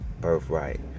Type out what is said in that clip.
birthright